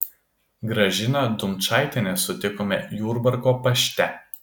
gražiną dumčaitienę sutikome jurbarko pašte